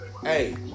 Hey